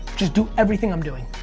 just do everything i'm doing,